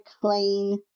clean